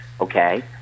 Okay